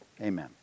Amen